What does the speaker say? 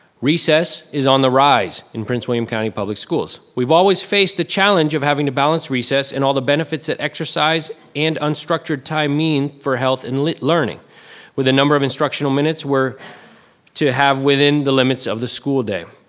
recess is on the rise in prince william county public schools. we've always faced the challenge of having to balance recess and all the benefits of exercise and unstructured time mean for health and learning where the number of instructional minutes were to have within the limits of the school day.